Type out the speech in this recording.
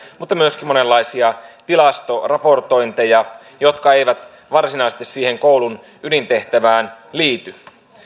mutta myöskin monenlaisia tilastoraportointeja jotka eivät varsinaisesti siihen koulun ydintehtävään liity